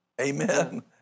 Amen